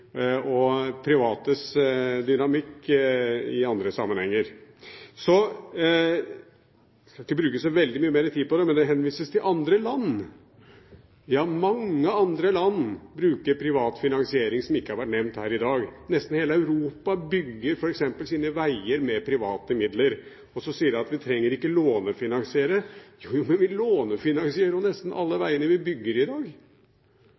og privates dynamikk i andre sammenhenger. Jeg skal ikke bruke så veldig mye mer tid på det, men det henvises til andre land. Ja, mange andre land, som ikke har vært nevnt her i dag, bruker privat finansiering. Nesten hele Europa bygger f.eks. sine veier med private midler. Så sier en at vi ikke trenger å lånefinansiere. Vi lånefinansierer jo nesten alle veiene vi bygger i dag,